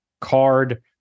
card